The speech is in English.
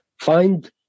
find